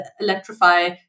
electrify